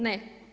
Ne.